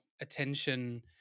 attention